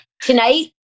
tonight